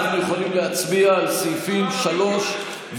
אנחנו יכולים להצביע על סעיפים 3 ו-4,